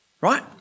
right